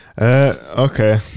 Okay